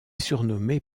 surnommée